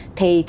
Thì